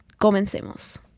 comencemos